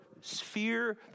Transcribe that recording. sphere